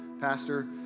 pastor